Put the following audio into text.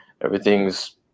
everything's